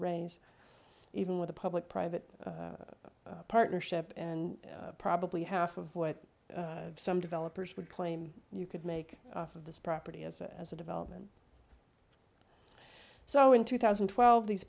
raise even with a public private partnership and probably half of what some developers would claim you could make off of this property as a as a development so in two thousand and twelve these